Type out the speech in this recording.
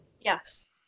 yes